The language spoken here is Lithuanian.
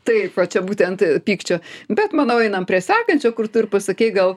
taip va čia būtent pykčio bet manau einam prie sekančio kur tu ir pasakei gal